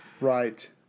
Right